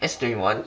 S twenty one